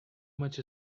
much